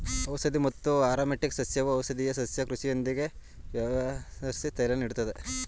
ಔಷಧಿ ಮತ್ತು ಆರೊಮ್ಯಾಟಿಕ್ ಸಸ್ಯವು ಔಷಧೀಯ ಸಸ್ಯ ಕೃಷಿಯೊಂದಿಗೆ ವ್ಯವಹರ್ಸಿ ತೈಲನ ನೀಡ್ತದೆ